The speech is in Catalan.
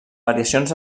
variacions